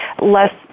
less